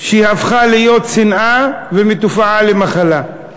היא הפכה להיות שנאה, ומתופעה למחלה.